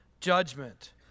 judgment